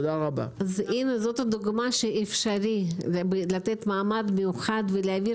זו הדוגמה שאפשרי לתת מעמד מיוחד ולהעביר